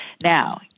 Now